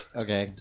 okay